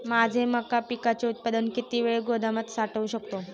माझे मका पिकाचे उत्पादन किती वेळ गोदामात साठवू शकतो?